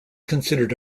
considered